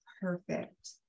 perfect